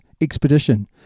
expedition